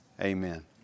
Amen